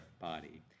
body